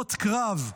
מנות קרב,